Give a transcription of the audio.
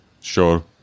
Sure